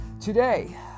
Today